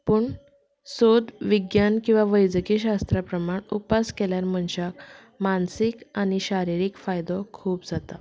पूण सोद विज्ञान किंवा वैजकी शास्त्रा प्रमाण उपास केल्यार मनशाक मानसीक आनी शारिरीक फायदो खूब जाता